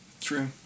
True